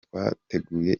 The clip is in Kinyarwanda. twateguye